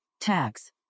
tax